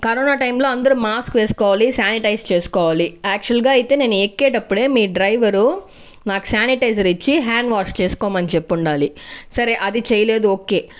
corona టైంలో అందరూ mask వేసుకోవాలి శానిటైజ్ చేసుకోవాలి యాక్చువల్గా అయితే నేను ఎక్కేటప్పుడు మీ డ్రైవరు నాకు శానిటైజర్ ఇచ్చి హ్యాండ్ వాష్ చేసుకోమని చెప్పుండాలి సరే అది చేయలేదు ఓకే